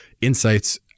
insights